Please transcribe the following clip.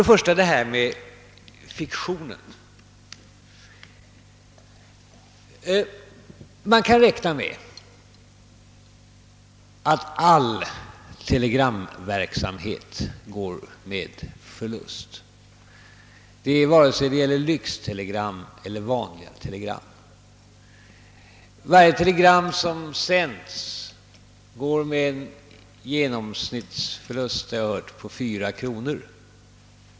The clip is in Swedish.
Vad först beträffar fiktionen kan man räkna med att all telegramverksamhet går med förlust, vare sig det gäller lyxtelegram eller vanliga telegram. Varje telegram som sänds ger, har jag hört, en genomsnittsförlust på 4 kronor.